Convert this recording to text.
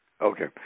Okay